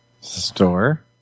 Store